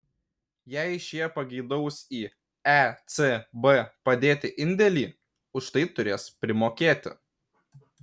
jei šie pageidaus į ecb padėti indėlį už tai turės primokėti